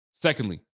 Secondly